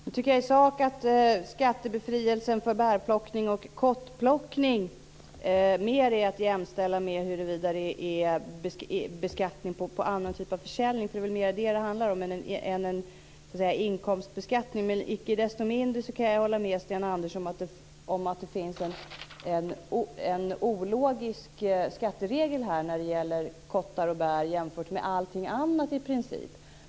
Herr talman! Nu tycker jag i sak att skattebefrielsen för bär och kottplockning mer är att jämställa med huruvida det är beskattning på annan typ av försäljning. Det är väl mer det som det handlar om än en inkomstbeskattning. Icke desto mindre kan jag hålla med Sten Andersson om att det finns en ologisk skatteregel här när det gäller kottar och bär jämfört med i princip allting annat.